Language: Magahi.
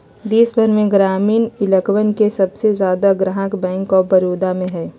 देश भर में ग्रामीण इलकवन के सबसे ज्यादा ग्राहक बैंक आफ बडौदा में हई